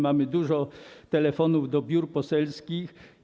Mamy dużo telefonów do biur poselskich.